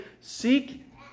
Seek